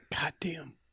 Goddamn